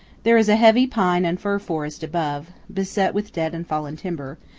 there is a heavy pine and fir forest above, beset with dead and fallen timber,